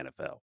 NFL